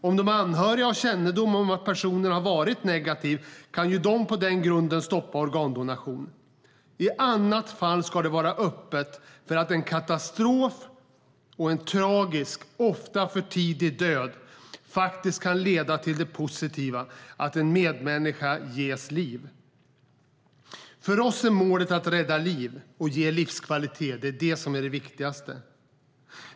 Om de anhöriga har kännedom om att personen varit negativ kan de på den grunden stoppa organdonation. I annat fall ska det vara öppet för att en katastrof och en tragisk, ofta för tidig död, kan leda till det positiva att en medmänniska ges liv. För oss är målet att rädda liv och ge livskvalitet det viktigaste.